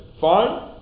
fine